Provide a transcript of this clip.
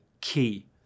key